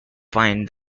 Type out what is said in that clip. find